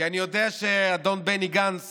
כי אני יודע שאדון בני גנץ